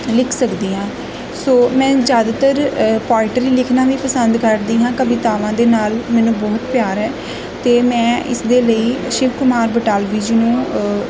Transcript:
ਲਿਖ ਸਕਦੀ ਹਾਂ ਸੋ ਮੈਂ ਜ਼ਿਆਦਾਤਰ ਪੋਇਟਰੀ ਲਿਖਣਾ ਵੀ ਪਸੰਦ ਕਰਦੀ ਹਾਂ ਕਵਿਤਾਵਾਂ ਦੇ ਨਾਲ ਮੈਨੂੰ ਬਹੁਤ ਪਿਆਰ ਹੈ ਅਤੇ ਮੈਂ ਇਸ ਦੇ ਲਈ ਸ਼ਿਵ ਕੁਮਾਰ ਬਟਾਲਵੀ ਜੀ ਨੂੰ